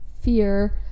fear